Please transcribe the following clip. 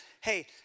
hey